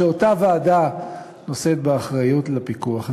ואותה ועדה נושאת באחריות לפיקוח הזה,